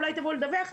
"אולי תבוא לדווח".